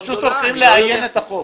הולכים לאיין את החוק.